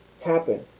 happen